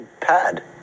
pad